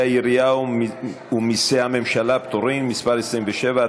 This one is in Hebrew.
העירייה ומסי הממשלה (פטורין) (מס' 27),